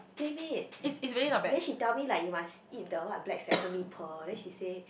PlayMade then she tell me like you must eat the what black sesame pearl then she say